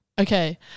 Okay